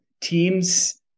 teams